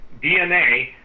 DNA